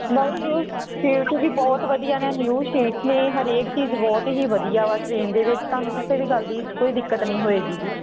ਨਹੀਂ ਜੀ ਸੀਟ ਵੀ ਬਹੁਤ ਵਧੀਆ ਨੇ ਨਿਊ ਸ਼ੀਟਸ ਨੇ ਹਰੇਕ ਚੀਜ਼ ਬਹੁਤ ਹੀ ਵਧੀਆ ਵਾ ਟਰੇਨ ਦੇ ਵਿੱਚ ਤੁਹਾਨੂੰ ਕਿਸੇ ਵੀ ਗੱਲ ਦੀ ਕੋਈ ਦਿੱਕਤ ਨਹੀਂ ਹੋਏਗੀ ਜੀ